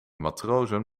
matrozen